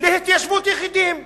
להתיישבות יחידים?